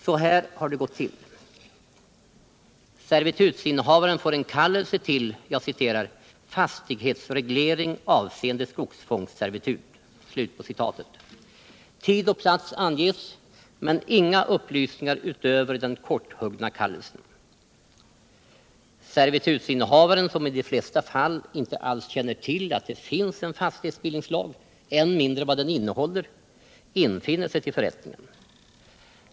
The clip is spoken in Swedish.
Så här har det gått till: Servitutsinnehavaren får en kallelse till ”fastighetsreglering avseende skogsfångsservitut”. Tid och plats anges, men inga upplysningar utöver den korthuggna kallelsen. Servitutsinnehavaren, som i de flesta fall inte alls känner till att det finns en fastighetsbildningslag och än mindre vet vad den innehåller, infinner sig till förrättningen.